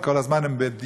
כי כל הזמן הם בדיונים,